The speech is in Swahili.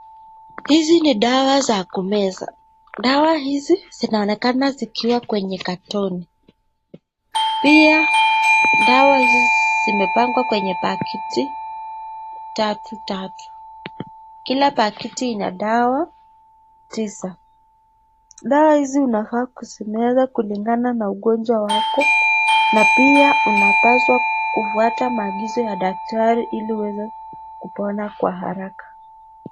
Hizi ni dawa za kumeza, dawa hizi zinaonekana zikuwa kwenye katoni , pia dawa hizi zimepangwa kwenye pakiti tatu tatu. Kila pakiti ina dawa tisa, dawa hizi unafaa kuzimeza kulingana na ugonjwa wako, na pia unapaswa kufuata maagizo ya daktari ili uweze kupona kwa haraka.